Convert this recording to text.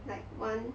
like one